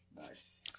Nice